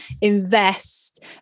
invest